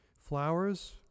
flowers